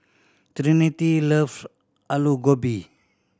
Trinity loves Alu Gobi